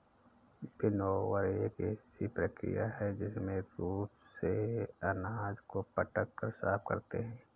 winnower एक ऐसी प्रक्रिया है जिसमें रूप से अनाज को पटक कर साफ करते हैं